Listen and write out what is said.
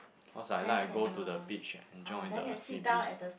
cause I like to go to the beach and enjoy the sea breeze